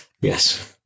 yes